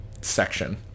section